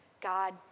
God